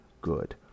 good